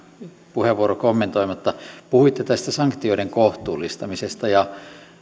puheenvuoro kommentoimatta puhuitte tästä sanktioiden kohtuullistamisesta ja